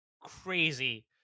crazy